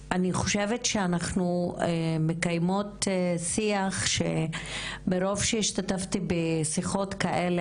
אני חושבת שאנחנו מקיימות שיח שמרוב שהשתתפתי בשיחות כאלה,